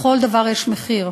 לכל דבר יש מחיר,